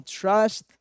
trust